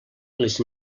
les